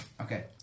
Okay